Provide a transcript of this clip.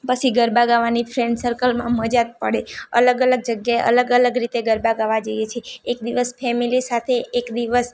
પછી ગરબા ગાવાની ફ્રેન્ડ સર્કલમાં મજા જ પડે અલગ અલગ જગ્યાએ અલગ અલગ રીતે ગરબા ગાવા જઈએ છીએ એક દિવસ ફેમિલી સાથે એક દિવસ